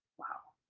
wow,